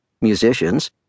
musicians